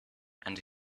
and